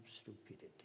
stupidity